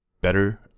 Better